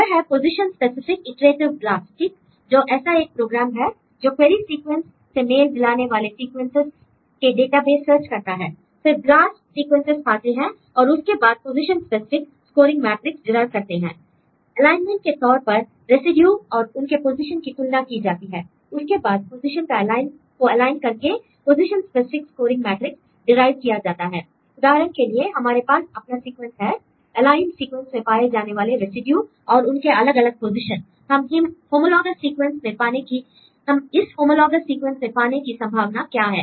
यह है position specific iterative blast ठीक जो ऐसा एक प्रोग्राम है जो क्वेरी सीक्वेंस से मेल मिलाने वाले सीक्वेंसेस के डेटाबेस सर्च करता है l फिर ब्लास्ट सीक्वेंसेस पाते हैं और उसके बाद position specific scoring matrix derive करते हैं l एलाइनमेंट के तौर पर रेसिड्यू और उनके पोजीशन की तुलना की जाती है उसके बाद पोजीशन को एलाइन करके position specific scoring matrix derive किया जाता है l उदाहरण के लिए हमारे पास अपना सीक्वेंस है एलाइंड सीक्वेंस में पाए जाने वाले रेसिड्यू और उनके अलग अलग पोजीशन इस होमोलॉग्स सीक्वेंस में पाने की संभावना क्या है